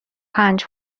پنج